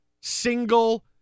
single